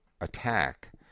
attack